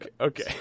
okay